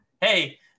hey